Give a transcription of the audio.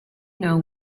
know